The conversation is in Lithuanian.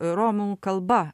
romų kalba